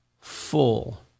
full